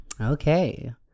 Okay